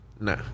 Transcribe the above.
nah